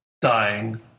dying